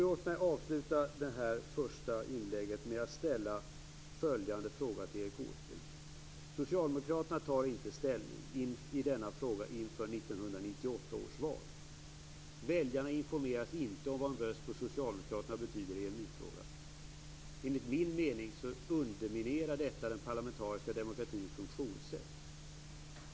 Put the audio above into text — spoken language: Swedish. Låt mig avsluta detta mitt första inlägg med att ställa en fråga till Erik Åsbrink. Socialdemokraterna tar inte ställning i denna fråga inför 1998 års val. Väljarna informeras inte om vad en röst på Socialdemokraterna betyder i EMU-frågan. Enligt min mening underminerar detta den parlamentariska demokratins funktionssätt.